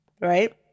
Right